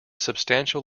substantial